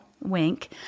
wink